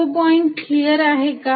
तो point clear आहे का